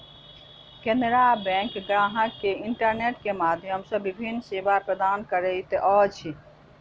Canara bank ग्राहक के internet के माध्यम सॅ विभिन्न सेवा प्रदान करैत अछि